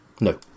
No